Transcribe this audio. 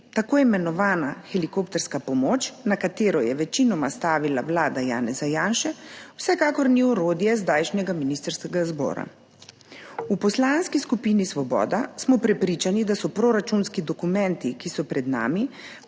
Tako imenovana helikopterska pomoč, na katero je večinoma stavila vlada Janeza Janše, vsekakor ni orodje zdajšnjega ministrskega zbora. V Poslanski skupini Svoboda smo prepričani, da so proračunski dokumenti, ki so pred nami,